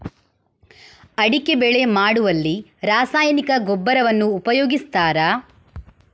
ಅಡಿಕೆ ಬೆಳೆ ಮಾಡುವಲ್ಲಿ ರಾಸಾಯನಿಕ ಗೊಬ್ಬರವನ್ನು ಉಪಯೋಗಿಸ್ತಾರ?